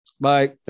Bye